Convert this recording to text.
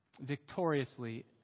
victoriously